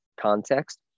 context